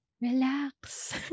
Relax